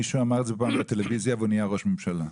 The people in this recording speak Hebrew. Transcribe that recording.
מישהו אמר את זה פעם בטלוויזיה והוא נהיה ראש ממשלה.